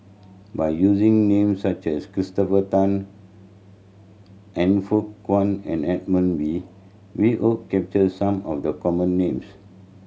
by using names such as Christopher Tan Han Fook Kwang and Edmund Wee we hope capture some of the common names